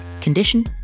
condition